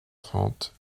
trente